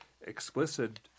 explicit